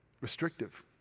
restrictive